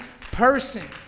person